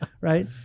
Right